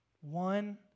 One